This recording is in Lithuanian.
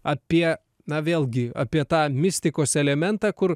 apie na vėlgi apie tą mistikos elementą kur